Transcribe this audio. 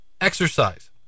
exercise